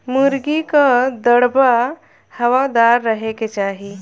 मुर्गी कअ दड़बा हवादार रहे के चाही